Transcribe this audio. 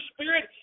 spirit